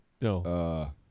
No